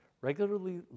regularly